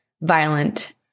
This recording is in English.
violent